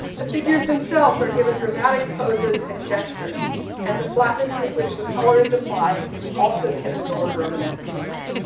the figures themselves are given dramatic poses and gestures and the flatness with which the color is applied is also typical of romanesque painting.